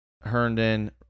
Herndon